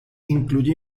incluye